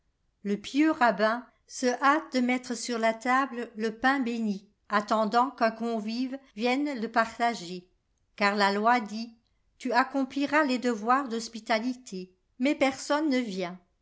le pieux rabbin se hâte de mettre sur la table le pain bénit attendant qu'un convive vienno le partager car la loi dit tu accompliras les devoirs d'hospitalité mais personne ne vient